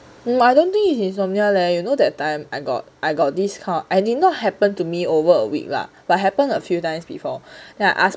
I don't think it's insomnia leh you know that time I got I got this kind I did not happen to me over a week lah but happened a few times before then I ask